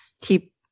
keep